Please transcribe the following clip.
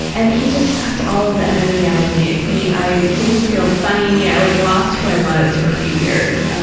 and he just sucked all of the energy out of me. he i didn't feel funny, i like lost who i was for a few years.